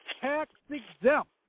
tax-exempt